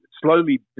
slowly